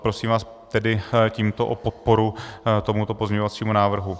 Prosím vás tedy tímto o podporu tomuto pozměňovacímu návrhu.